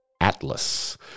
Atlas